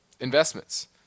investments